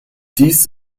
dies